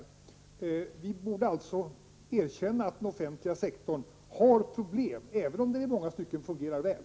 Således borde vi erkänna att den offentliga sektorn har problem, även om den i många delar fungerar väl.